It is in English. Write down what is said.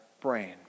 brain